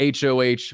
HOH